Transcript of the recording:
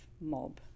mob